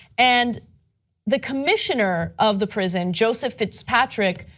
and the commissioner of the prison, joseph fitzpatrick,